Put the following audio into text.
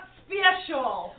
special